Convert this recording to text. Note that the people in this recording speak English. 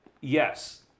yes